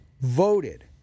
voted